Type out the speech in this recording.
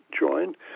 joined